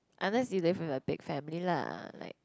unless you live with your big family lah like